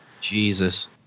Jesus